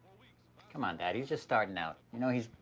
come on, dad. he's just starting out. you know he's,